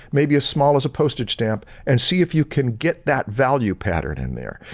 may be as small as a postage stamp and see if you can get that value pattern in there.